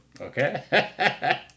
okay